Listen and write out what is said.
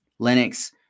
Linux